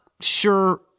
sure